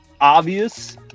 obvious